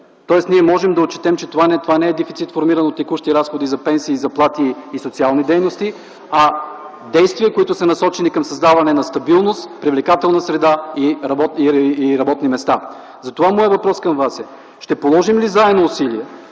тоест можем да отчетем, че това не е дефицит, формиран от текущи разходи за пенсии, заплати и социални дейности, а за дейности, насочени към създаване на стабилност, привлекателна среда и работни места. Моят въпрос към Вас е: ще положим ли заедно усилия,